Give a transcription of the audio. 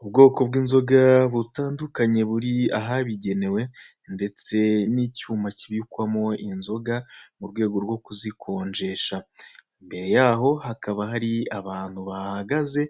Ubwoko bw'inzoga butandukanye buri ahabugenewe ndetse n'icyuma kibikwamo inzoga mu rwego rwo kuzikonjesha. Imbere yaho hakaba hari abantu bahahagaze